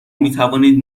میتوانید